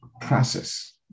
process